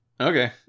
okay